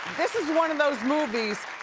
this is one of those movies